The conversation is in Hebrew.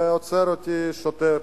ועוצר אותי שוטר,